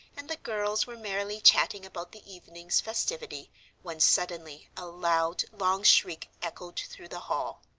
and the girls were merrily chatting about the evening's festivity when suddenly a loud, long shriek echoed through the hall.